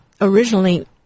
originally